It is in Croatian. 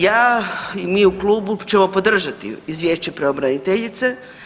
Ja i mi u klubu ćemo podržati izvješće pravobraniteljice.